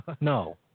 No